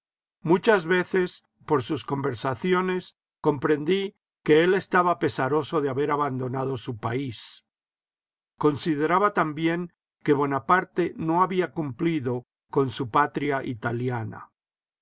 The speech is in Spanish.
muchas veces por sus conversaciones comprendí que él estaba pesaroso de haber abandonado su país consideraba también que bonaparte no había cumphdo con su patria itahana